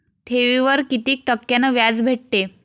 ठेवीवर कितीक टक्क्यान व्याज भेटते?